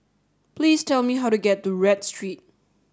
please tell me how to get to Read Street